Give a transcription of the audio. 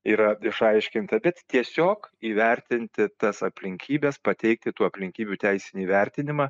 yra išaiškinta bet tiesiog įvertinti tas aplinkybes pateikti tų aplinkybių teisinį vertinimą